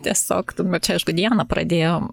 tiesiog čia aišku diana pradėjo